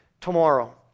tomorrow